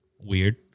Weird